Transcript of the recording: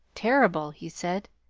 terrible! he said.